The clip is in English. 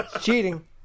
Cheating